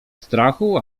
strachu